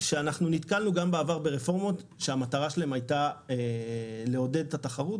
שאנחנו נתקלנו גם בעבר ברפורמות שהמטרה שלהן הייתה לעודד את התחרות,